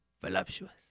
Voluptuous